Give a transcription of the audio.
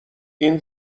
این